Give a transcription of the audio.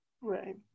Right